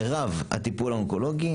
מירב הטיפול האונקולוגי,